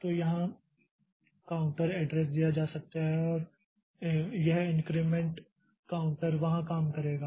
तो यहां counter address दिया जा सकता है और यह इनक्रिमेंट काउंटर वहां काम करेगा